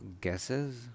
guesses